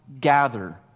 gather